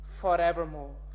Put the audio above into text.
Forevermore